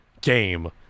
game